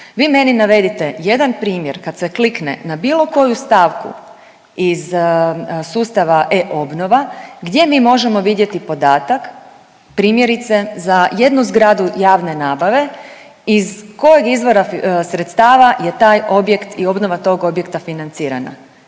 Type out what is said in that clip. Vi meni navedite jedan primjer kad se klikne na bilo koju stavku iz sustava e-obnova gdje mi možemo vidjeti podatak primjerice za jednu zgradu javne nabave iz kojeg izvora sredstava je taj objekt i obnova tog objekta financirana,